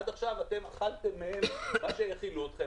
עד עכשיו אתם אכלתם מהם מה שהאכילו אתכם